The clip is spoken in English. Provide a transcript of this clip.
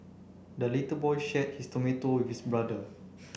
the little boy shared his tomato with his brother